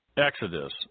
Exodus